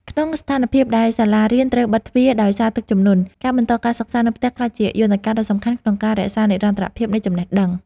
ក្នុងស្ថានភាពដែលសាលារៀនត្រូវបិទទ្វារដោយសារទឹកជំនន់ ការបន្តការសិក្សានៅផ្ទះក្លាយជាយន្តការដ៏សំខាន់ក្នុងការរក្សានិរន្តរភាពនៃចំណេះដឹង។